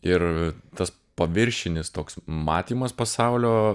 ir tas paviršinis toks matymas pasaulio